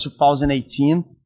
2018